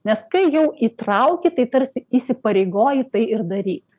nes kai jau įtrauki tai tarsi įsipareigoji tai ir daryt